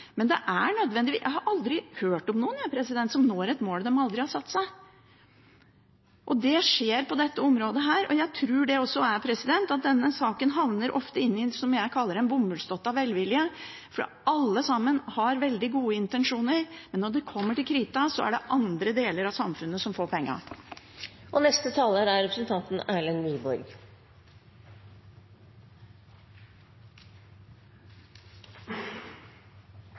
Men jeg har aldri hørt om noen som når et mål de aldri har satt seg. Det skjer på dette området, og jeg tror det skyldes at denne saken ofte havner i det jeg kaller «en bomullsdott av velvilje». Alle har veldig gode intensjoner, men når det kommer til krita, er det andre deler av samfunnet som får pengene. Det var det første innlegget til representanten